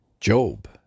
Job